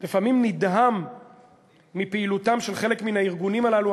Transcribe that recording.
לפעמים נדהם מפעילותם של חלק מן הארגונים הללו,